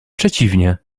przeciwnie